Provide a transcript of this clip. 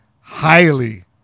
highly